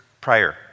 prior